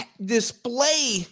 display